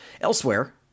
Elsewhere